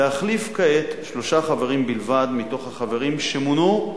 להחליף כעת שלושה חברים בלבד מתוך החברים שמונו,